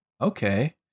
okay